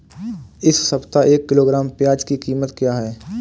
इस सप्ताह एक किलोग्राम प्याज की कीमत क्या है?